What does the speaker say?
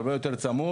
הרבה יותר צמוד,